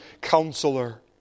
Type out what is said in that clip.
counselor